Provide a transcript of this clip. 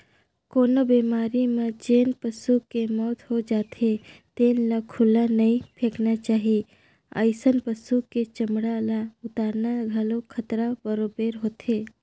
कोनो बेमारी म जेन पसू के मउत हो जाथे तेन ल खुल्ला नइ फेकना चाही, अइसन पसु के चमड़ा ल उतारना घलो खतरा बरोबेर होथे